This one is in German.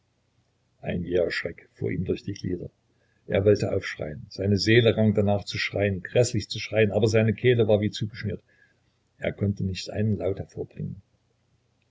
ein jäher schreck fuhr ihm durch die glieder er wollte aufschreien seine seele rang danach zu schreien gräßlich zu schreien aber seine kehle war wie zugeschnürt er konnte nicht einen laut hervorbringen